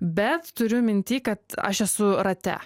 bet turiu minty kad aš esu rate